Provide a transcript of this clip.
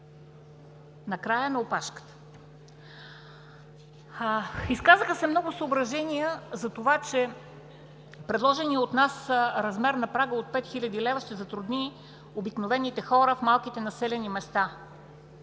накрая на опашката! Изказаха се много съображения, че предложеният от нас размер на прага от 5000 лв. ще затрудни обикновените хора в малките населени места.